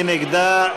מי נגדה?